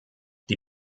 die